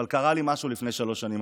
אבל קרה לי משהו לפני שלוש שנים,